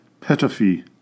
Petofi